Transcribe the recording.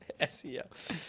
SEO